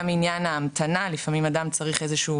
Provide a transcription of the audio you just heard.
גם עניין ההמתנה לפעמים אדם צריך איזשהו